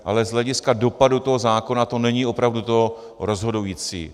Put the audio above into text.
Ale z hlediska dopadu toho zákona to není opravdu to rozhodující.